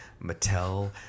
Mattel